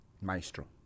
Maestro